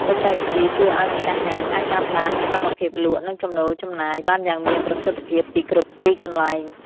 បច្ចេកវិទ្យាជួយឱ្យម្ចាស់ហាងអាចតាមដានសកម្មភាពលក់ និងចំណូលចំណាយបានយ៉ាងមានប្រសិទ្ធភាពពីគ្រប់ទីកន្លែង។